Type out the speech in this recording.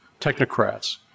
technocrats